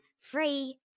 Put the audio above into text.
free